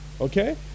okay